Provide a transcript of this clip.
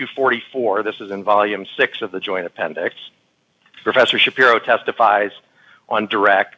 and forty four dollars this is in volume six of the joint appendix professor shapiro testifies on direct